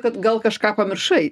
kad gal kažką pamiršai